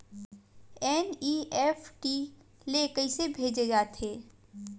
NEFT ले कइसे भेजे जाथे?